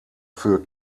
für